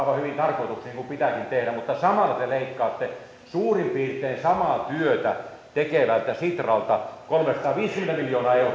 hyviin tarkoituksiin niin kuin pitääkin tehdä mutta samalla te leikkaatte suurin piirtein samaa työtä tekevältä sitralta kolmesataaviisikymmentä miljoonaa euroa